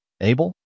Abel